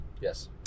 Yes